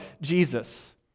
Jesus